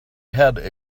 had